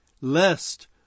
lest